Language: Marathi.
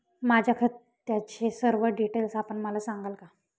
माझ्या खात्याचे सर्व डिटेल्स आपण मला सांगाल का?